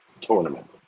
tournament